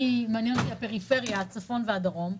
מעניינת אותי הפריפריה הצפון והדרום.